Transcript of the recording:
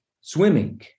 swimming